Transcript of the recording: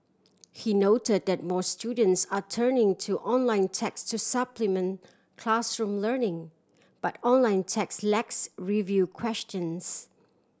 he noted that more students are turning to online text to supplement classroom learning but online text lacks review questions